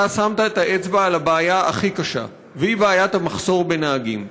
אתה שמת את האצבע על הבעיה הכי קשה והיא בעיית המחסור בנהגים.